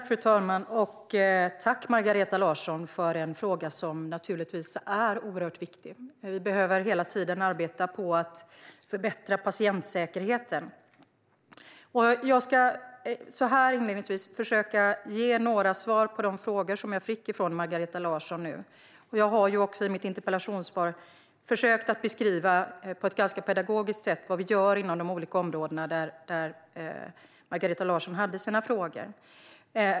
Fru talman! Jag tackar Margareta Larsson för en fråga som naturligtvis är oerhört viktig. Vi behöver hela tiden arbeta på att förbättra patientsäkerheten. Jag ska inledningsvis försöka ge några svar på de frågor jag nu fick från Margareta Larsson. Jag har också i mitt interpellationssvar på ett ganska pedagogiskt sätt försökt beskriva vad vi gör inom de olika områden där Margareta Larsson hade sina frågor.